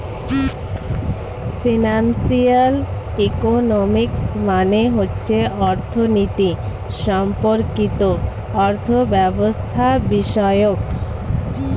financial economics মানে হচ্ছে অর্থনীতি সম্পর্কিত অর্থব্যবস্থাবিষয়ক